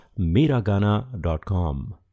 Miragana.com